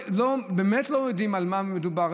באמת לא יודעים על מה מדובר.